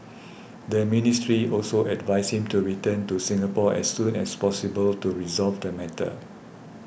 the ministry also advised him to return to Singapore as soon as possible to resolve the matter